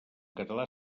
català